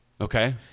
Okay